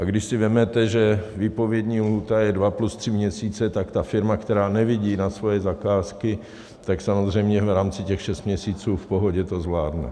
A když si vezmete, že výpovědní lhůta je dva plus tři měsíce, tak ta firma, která nevidí na svoje zakázky, tak samozřejmě v rámci těch šesti měsíců v pohodě to zvládne.